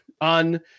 on